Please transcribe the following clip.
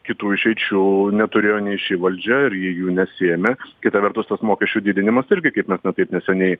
kitų išeičių neturėjo nei ši valdžia ir ji jų nesiėmė kita vertus tas mokesčių didinimas irgi kaip mes na taip neseniai